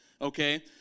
okay